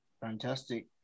Fantastic